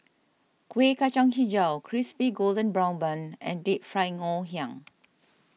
Kueh Kacang HiJau Crispy Golden Brown Bun and Deep Fried Ngoh Hiang